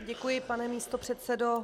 Děkuji, pane místopředsedo.